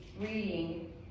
reading